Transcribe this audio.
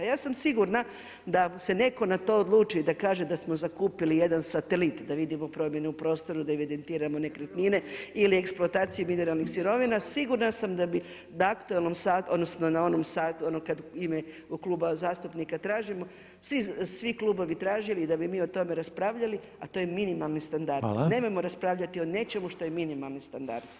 Ja sam sigurna da se netko na to odluči, da kaže da smo zakupili jedan satelit, da vidimo promjene u prostoru, da evidentiramo nekretnine ili eksploataciju mineralnih sirovina sigurna sam da bi na aktualnom satu, odnosno ono kad u ime kluba zastupnika tražimo svi klubovi tražili i da bi mi o tome raspravljali, a to je minimalni standard [[Upadica Reiner: Hvala.]] Nemojmo raspravljati o nečemu što je minimalni standard.